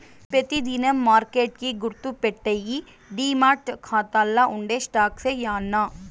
పెతి దినం మార్కెట్ కి గుర్తుపెట్టేయ్యి డీమార్ట్ కాతాల్ల ఉండే స్టాక్సే యాన్నా